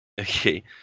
Okay